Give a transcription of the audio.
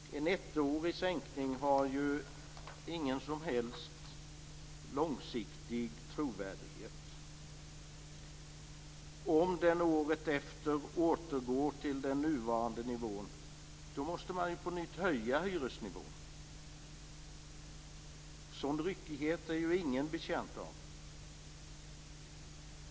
En ettårig sänkning har ju ingen som helst långsiktig trovärdighet. Om den året därefter återgår till den nuvarande nivån måste man ju på nytt höja hyresnivån. Sådan ryckighet är ingen betjänt av.